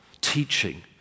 teaching